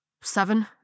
Seven